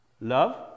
Love